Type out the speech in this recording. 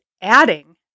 adding